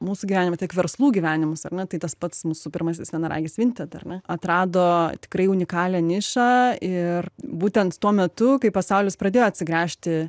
mūsų gyvenimą tiek verslų gyvenimus ar ne tai tas pats mūsų pirmasis vienaragis vinted ar ne atrado tikrai unikalią nišą ir būtent tuo metu kai pasaulis pradėjo atsigręžti